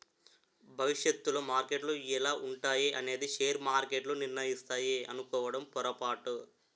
భవిష్యత్తులో మార్కెట్లు ఎలా ఉంటాయి అనేది షేర్ మార్కెట్లు నిర్ణయిస్తాయి అనుకోవడం పొరపాటు